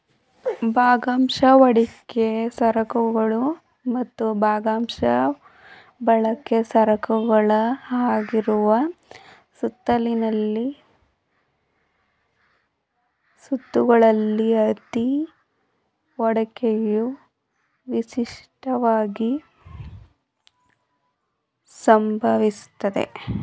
ಭಾಗಶಃ ಹೂಡಿಕೆ ಸರಕುಗಳು ಮತ್ತು ಭಾಗಶಃ ಬಳಕೆ ಸರಕುಗಳ ಆಗಿರುವ ಸುತ್ತುಗಳಲ್ಲಿ ಅತ್ತಿ ಹೂಡಿಕೆಯು ವಿಶಿಷ್ಟವಾಗಿ ಸಂಭವಿಸುತ್ತೆ